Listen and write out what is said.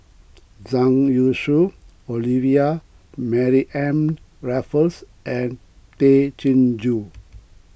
Zhang Youshuo Olivia Mariamne Raffles and Tay Chin Joo